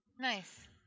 Nice